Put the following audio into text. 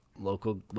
local